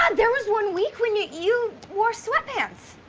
and there was one week when you you wore sweat pants,